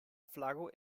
flago